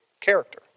character